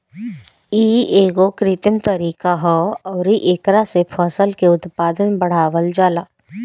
इ एगो कृत्रिम तरीका ह अउरी एकरा से फसल के उत्पादन बढ़ावल जाला